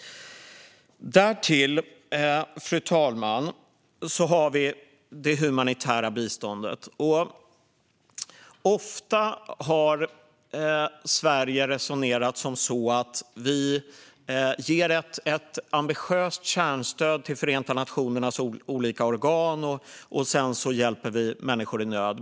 Fru talman! Därtill har vi det humanitära biståndet. Ofta har Sverige resonerat på det sättet att vi ger ett ambitiöst kärnstöd till Förenta nationernas olika organ och hjälper människor i nöd.